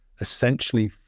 essentially